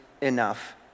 enough